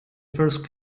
first